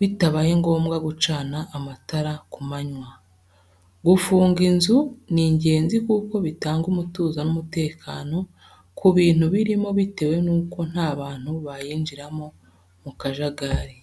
bitabaye ngombwa gucana amatara ku manywa. Gufunga inzu ni ingenzi kuko bitanga umutuzo n'umutekano ku bintu birimo bitewe nuko nta bantu bayinjiramo mu kajagari.